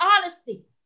honesty